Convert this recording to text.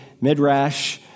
Midrash